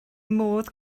modd